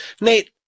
Nate